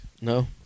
No